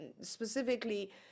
specifically